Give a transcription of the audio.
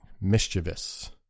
mischievous